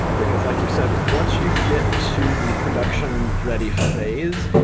because like you said, once you get to the production ready phase,